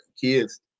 kids